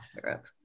syrup